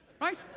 right